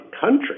country